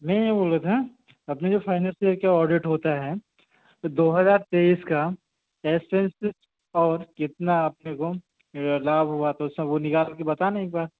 में यह बोल रहा था अपने जो फाइनल ईयर का ऑडिट होता है तो दो हज़ार तेईस का एक्सपेनसेस और कितना अपने को लाभ हुआ तो सब वह निकाल कर बता न एक बार